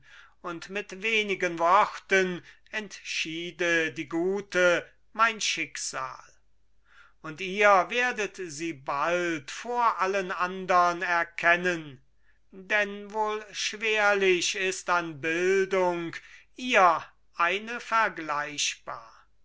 und mit wenigen worten entschiede die gute mein schicksal und ihr werdet sie bald vor allen andern erkennen denn wohl schwerlich ist an bildung ihr eine vergleichbar